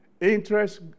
Interest